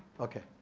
okay.